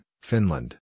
Finland